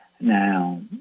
Now